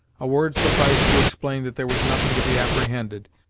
a word sufficed to explain that there was nothing to be apprehended,